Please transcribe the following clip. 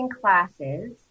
classes